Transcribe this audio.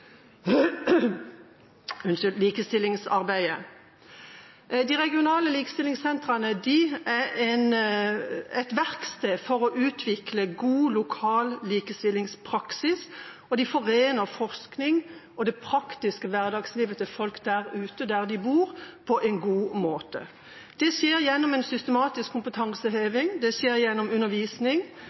likestillingsarbeidet. De regionale likestillingssentrene er verksteder for å utvikle god likestillingspraksis, og de forener forskning og det praktiske hverdagslivet til folk der ute, der de bor, på en god måte. Det skjer gjennom systematisk kompetanseheving, det skjer gjennom undervisning,